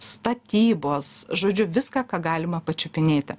statybos žodžiu viską ką galima pačiupinėti